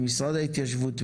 ממשרד ההתיישבות,